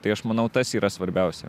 tai aš manau tas yra svarbiausia